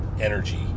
energy